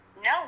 No